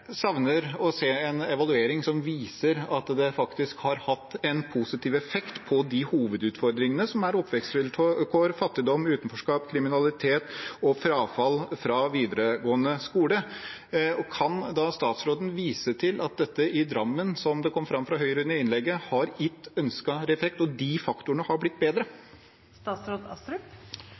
og jeg savner å se en evaluering som viser at det faktisk har hatt en positiv effekt på hovedutfordringene, som er oppvekstvilkår, fattigdom, utenforskap, kriminalitet og frafall fra videregående skole. Kan statsråden vise til at dette i Drammen, som det kom fram fra Høyre under innlegget, har gitt ønsket effekt, og at de faktorene har blitt bedre?